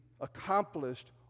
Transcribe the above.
accomplished